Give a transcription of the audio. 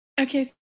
Okay